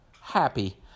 Happy